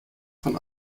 von